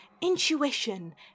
intuition